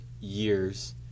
years